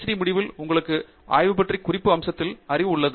D முடிவில் உங்களுக்கு ஆய்வு பற்றி குறிப்பிட்ட அம்சத்தில் அறிவு உள்ளது